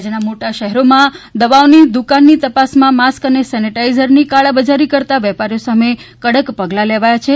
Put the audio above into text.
રાજ્યના મોટા શહેરોમાં દવાઓની દુકાનની તપાસમાં માસ્ક સેનેટાઇઝરની કાળાબજારી કરતા વેપારીઓ સામે કડક પગલા લેવાયો છે